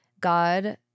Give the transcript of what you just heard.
God